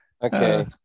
Okay